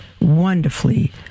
wonderfully